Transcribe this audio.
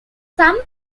some